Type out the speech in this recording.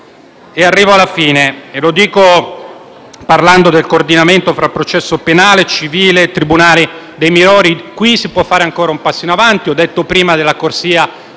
Arrivo alla conclusione, parlando del coordinamento fra processo penale, civile e tribunale per i minorenni. Qui si può fare ancora un passo in avanti: ho parlato prima della corsia